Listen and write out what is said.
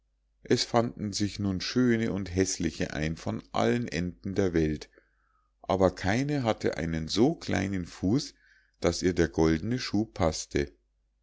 es fanden sich nun schöne und häßliche ein von allen enden der welt aber keine hatte einen so kleinen fuß daß ihr der goldne schuh paßte